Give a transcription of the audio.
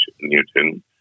Newton